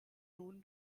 nun